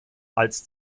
als